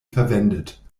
verwendet